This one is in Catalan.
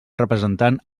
representant